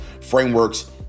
frameworks